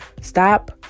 Stop